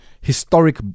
historic